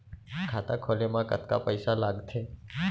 खाता खोले मा कतका पइसा लागथे?